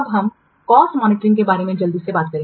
हम cost monitoring के बारे में जल्दी से कहेंगे